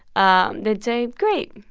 ah they'd say, great.